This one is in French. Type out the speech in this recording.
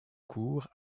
courts